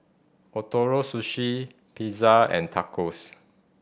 Ootoro Sushi Pizza and Tacos